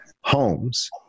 homes